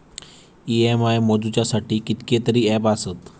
EMI मोजुच्यासाठी कितकेतरी app आसत